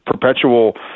perpetual